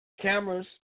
Cameras